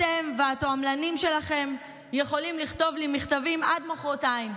אתם והתועמלנים שלכם יכולים לכתוב לי מכתבים עד מוחרתיים.